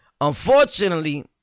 Unfortunately